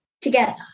together